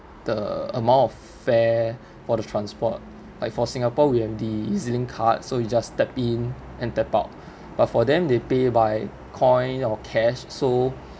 the amount of fare for the transport like for singapore we have the E_Z link card so you just tap in and tap out but for them they pay by coin or cash so